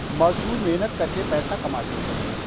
मजदूर मेहनत करके पैसा कमाते है